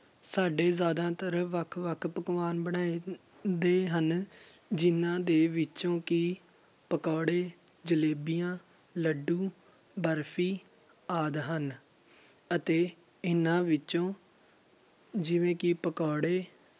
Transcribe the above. ਸਾਡੇ ਜ਼ਿਆਦਾਤਰ ਵੱਖ ਵੱਖ ਪਕਵਾਨ ਬਣਾਏ ਦੇ ਹਨ ਜਿਨ੍ਹਾਂ ਦੇ ਵਿੱਚੋਂ ਕਿ ਪਕੌੜੇ ਜਲੇਬੀਆਂ ਲੱਡੂ ਬਰਫੀ ਆਦਿ ਹਨ ਅਤੇ ਇਹਨਾਂ ਵਿੱਚੋਂ ਜਿਵੇਂ ਕਿ ਪਕੌੜੇ